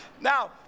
Now